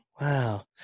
Wow